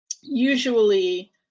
usually